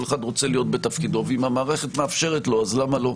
כל אחד רוצה להיות בתפקידו ואם המערכת מאפשרת לו אז למה לא.